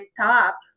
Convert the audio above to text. top